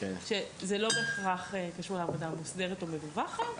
זה לא בהכרח קשור לעבודה מוסדרת או מדווחת,